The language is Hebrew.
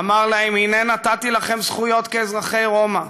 אמר להם: הנה נתתי לכם זכויות כאזרחי רומא,